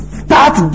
start